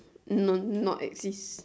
no not exist